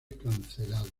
cancelado